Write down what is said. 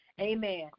Amen